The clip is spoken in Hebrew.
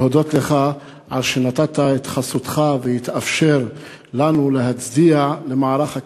להודות לך על שנתת את חסותך והתאפשר לנו להצדיע למערך הכבאות,